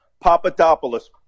Papadopoulos